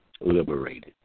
liberated